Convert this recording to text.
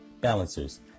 balancers